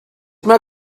mae